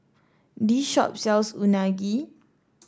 this shop sells Unagi